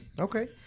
okay